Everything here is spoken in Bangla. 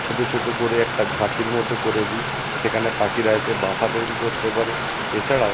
ছোটো ছোটো করে একটা ঝাঁপির মতো করে দিই সেখানে পাখিরা এসে বাসা তৈরি করতে পারে এছাড়াও